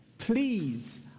Please